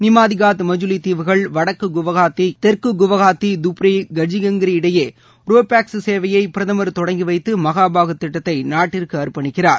நிமாதிகாத் மஜுலி தீவுகள் வடக்கு குவஹாத்தி தெற்கு குவஹாத்தி தூப்ரி கட்சிங்கிரி இடையே ரோ பாக்ஸ் சேவையை பிரதமர் தொடங்கி வைத்து மஹாபாகு திட்டத்தை நாட்டிற்கு அர்ப்பணிக்கிறார்